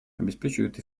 обеспечивают